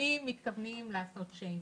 האם מתכוונים לעשות שיימינג?